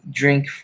drink